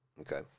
okay